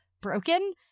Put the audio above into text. broken